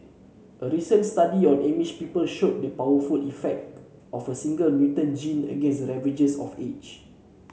a recent study on Amish people showed the powerful effect of a single mutant gene against the ravages of age